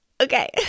Okay